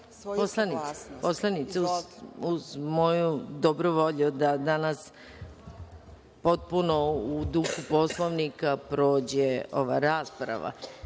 Poslanice, uz moju dobru volju da danas potpuno u duhu Poslovnika prođe ova rasprava,